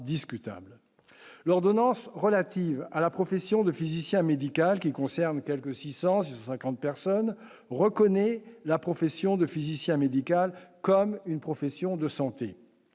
l'ordonnance relative à la profession de physicien médical qui concerne quelque 650 personnes reconnaît la profession de physicien médical comme une profession de santé